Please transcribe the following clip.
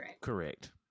Correct